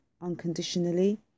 unconditionally